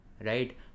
right